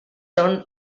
són